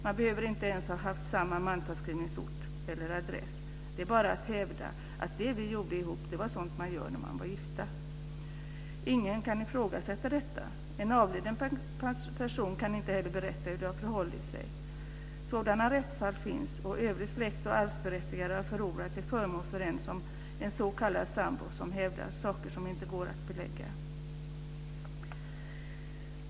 Man behöver inte ens ha haft samma mantalsskrivningsort eller adress. Det är bara att hävda att det man gjorde ihop var sånt man gör när man är gift. Ingen kan ifrågasätta detta. En avliden person kan inte heller berätta hur det har förhållit sig. Sådana rättsfall finns. Övrig släkt och arvsberättigade har förlorat till förmån för en s.k. sambo som hävdar saker som inte går att belägga.